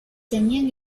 tenían